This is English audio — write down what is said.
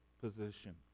position